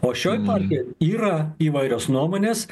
o šioj partijoj yra įvairios nuomonės